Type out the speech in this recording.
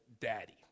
daddy